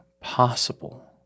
possible